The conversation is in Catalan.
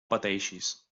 pateixis